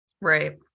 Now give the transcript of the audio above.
Right